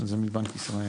סגנית המפקח על הבנקים.